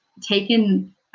taken